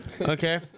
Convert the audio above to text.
Okay